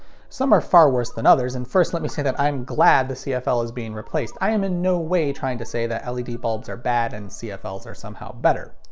some are far worse than others, and first let me say that i'm glad the cfl is being replaced. i am in no way trying to say that led bulbs are bad, and cfls are somehow better.